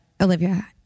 Olivia